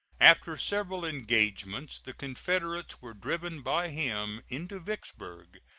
after several engagements the confederates were driven by him into vicksburg,